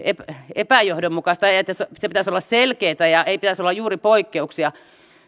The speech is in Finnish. epäjohdonmukaista ja sen pitäisi olla selkeätä eikä pitäisi olla juuri poikkeuksia siitä